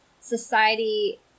society